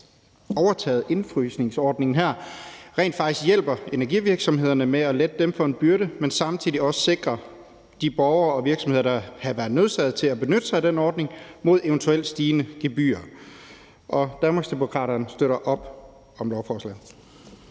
overtage indefrysningsordningen her rent faktisk hjælper energivirksomhederne ved at lette dem for en byrde, men samtidig også sikrer de borgere og virksomheder, der kan være nødsaget til at benytte sig af den ordning, mod eventuelt stigende gebyrer. Danmarksdemokraterne støtter op om lovforslaget.